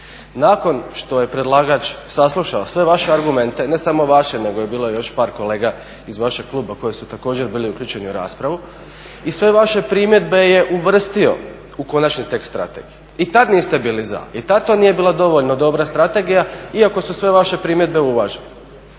Nakon što je predlagač saslušao sve vaše argumente, ne samo vaše nego je bilo još par kolega iz vašeg kluba koji su također bili uključeni u raspravu i sve vaše primjedbe je uvrstio u konačni tekst strategije i tad niste bili za i tad to nije bila dovoljno dobra strategija iako su sve vaše primjedbe uvažene.